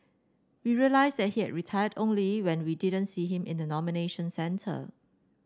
we realised that he had retired only when we didn't see him in the nomination centre